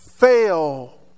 fail